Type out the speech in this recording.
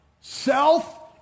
Self